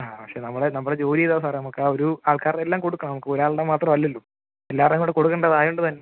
ആ പക്ഷേ നമ്മുടെ നമ്മുടെ ജോലി ഇതാണ് സാറേ നമുക്ക് ആ ആ ഒരു ആൾക്കാരുടെ എല്ലാം കൊടുക്കണം നമുക്ക് ഒരാളുടെ മാത്രമല്ലല്ലോ എല്ലാവരുടെയും കൂടെ കൊടുക്കേണ്ടതായതുകൊണ്ട് തന്നെ